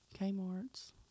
kmarts